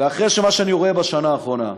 ואחרי מה שאני רואה בשנה האחרונה.